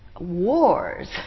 wars